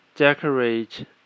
decorate